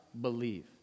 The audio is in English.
believe